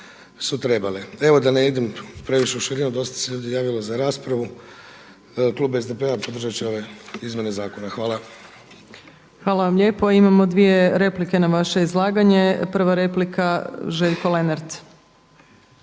Hvala vam lijepo. Imamo dvije replike na vaše izlaganje. Prva replika Željko Lenart.